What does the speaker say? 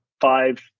five